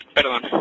perdón